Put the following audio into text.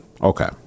Okay